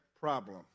problem